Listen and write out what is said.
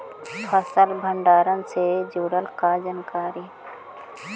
फसल भंडारन से जुड़ल जानकारी?